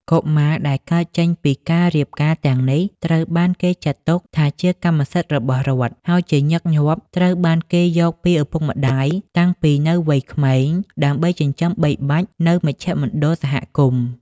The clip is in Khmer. កុមារដែលកើតចេញពីការរៀបការទាំងនេះត្រូវបានគេចាត់ទុកថាជាកម្មសិទ្ធិរបស់រដ្ឋ ហើយជាញឹកញាប់ត្រូវបានគេយកពីឪពុកម្តាយ តាំងពីនៅវ័យក្មេងដើម្បីចិញ្ចឹមបីបាច់នៅមជ្ឈមណ្ឌលសហគមន៍។